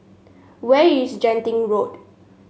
where is Genting Road